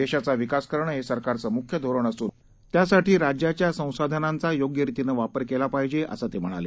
देशाचा विकास करणं हे सरकारचं मुख्य धोरण असून त्यासाठी राज्यांच्या संसाधनांचा योग्य रितीनं वापर केला पाहिजे असं ते म्हणाले